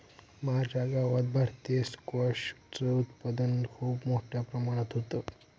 माझ्या गावात भारतीय स्क्वॅश च उत्पादन खूप मोठ्या प्रमाणात होतं